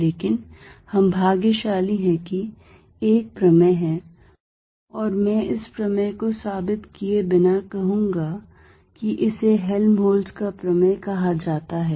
लेकिन हम भाग्यशाली हैं कि एक प्रमेय है और मैं इस प्रमेय को साबित किए बिना कहूंगा कि इसे हेल्महोल्ट्ज़ का प्रमेय कहा जाता है